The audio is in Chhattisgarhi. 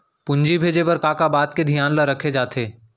पूंजी भेजे बर का का बात के धियान ल रखे जाथे?